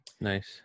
nice